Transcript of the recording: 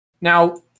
Now